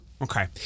Okay